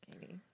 Katie